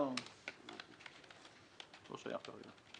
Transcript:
זה בעיה.